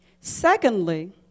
Secondly